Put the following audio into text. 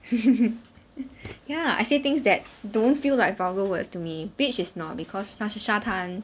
ya I say things that don't feel like vulgar words to me bitch is not because 它是沙滩